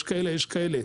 יש כאלה ויש כאלה,